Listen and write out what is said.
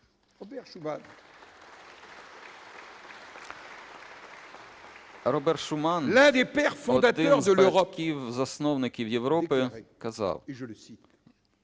Робер Шуман, один з батьків-засновників Європи, казав: